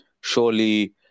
surely